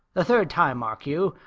the third time, mark you.